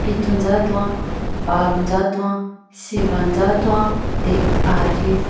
fitonjato a, valonjato a, sivanjato a, de arivo